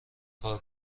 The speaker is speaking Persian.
کار